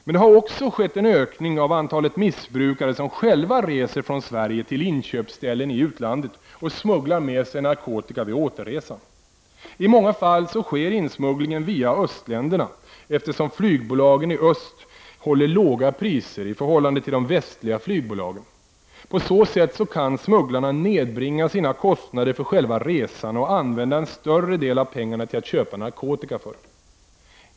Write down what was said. Men det har också skett en ökning av antalet missbrukare som själva reser från Sverige till inköpsställen i utlandet och smugglar med sig narkotika vid återresan. I många fall sker insmugglingen via östländerna, eftersom flygbolagen i öst håller låga priser i förhållande till de västliga flygbolagen. På så sätt kan smugglarna nedbringa sina kostnader för själva resan och använda en större del av pengarna till att köpa narkotika för.